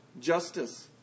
justice